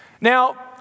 Now